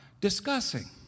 discussing